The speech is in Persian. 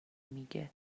میگه